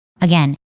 Again